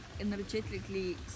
energetically